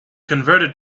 converted